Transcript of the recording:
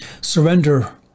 surrender